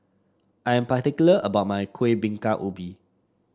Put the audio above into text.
I am particular about my Kueh Bingka Ubi